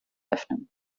öffnen